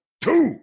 two